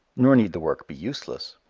nor need the work be useless.